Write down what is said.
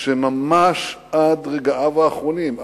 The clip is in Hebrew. שממש עד רגעיו האחרונים,